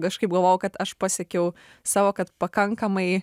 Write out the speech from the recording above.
kažkaip galvojau kad aš pasiekiau savo kad pakankamai